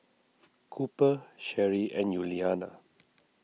Cooper Sheri and Yuliana